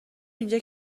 اینجا